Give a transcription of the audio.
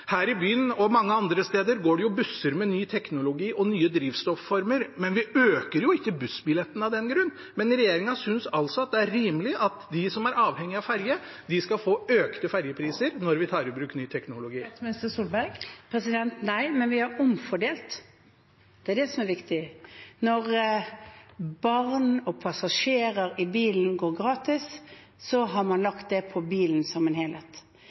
Her i byen og mange andre steder går det busser med ny teknologi og nye drivstofformer, men vi øker jo ikke bussbilletten av den grunn. Men regjeringen synes altså det er rimelig at de som er avhengig av ferje, skal få økte ferjepriser når vi tar i bruk ny teknologi. Nei, men vi har omfordelt, og det er det som er viktig. Når barn og passasjerer i bilen går gratis, har man lagt det på bilen som en helhet.